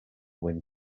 wind